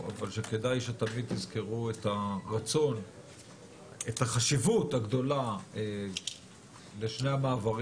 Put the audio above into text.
שכדאי תזכרו את החשיבות הגדולה לשני המעברים